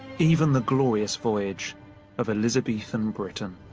even the glorious voyage of elizabethan britain.